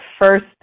first